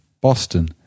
Boston